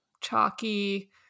chalky